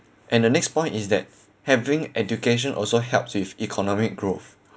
and the next point is that having education also helps with economic growth